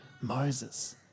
Moses